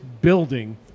building